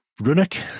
runic